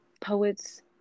Poets